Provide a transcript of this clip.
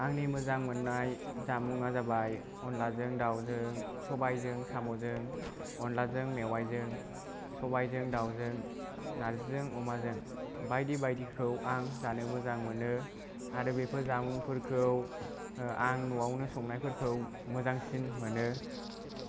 आंनि मोजां मोननाय जामु जाबाय अनलाजों दावजों सबायजों साम'जों अनलाजों मेउवायजों सबायजों दावजों नार्जिजों अमाजों बायदि बायदिखौ आं जानो मोजां मोनो आरो बेफोर जामुंफोरखौ आं न'आवनो संनायफोरखौ मोजांसिन मोनो